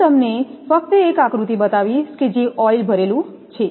હું તમને ફક્ત એક આકૃતિ બતાવીશ કે જે ઓઇલ ભરેલું છે